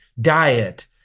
diet